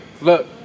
look